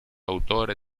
autore